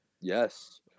yes